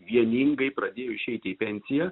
vieningai pradėjo išeiti į pensiją